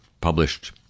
published